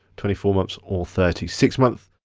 twenty four months, or thirty six month.